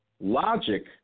logic